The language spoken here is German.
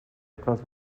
etwas